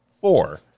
four